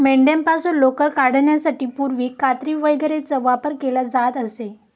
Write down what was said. मेंढ्यांपासून लोकर काढण्यासाठी पूर्वी कात्री वगैरेचा वापर केला जात असे